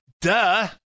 Duh